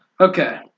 Okay